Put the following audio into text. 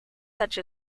such